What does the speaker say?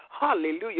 Hallelujah